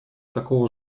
такого